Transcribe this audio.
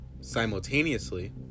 Simultaneously